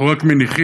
אנחנו רק מניחים